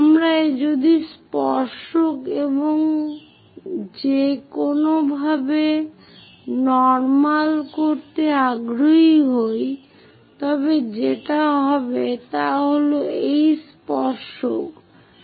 আমরা যদি স্পর্শক এবং যে কোনভাবে নর্মাল করতে আগ্রহী হই তবে যেটা হবে তা হল এই স্পর্শক